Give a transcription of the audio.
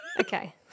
Okay